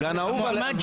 הסגן האהוב עליך.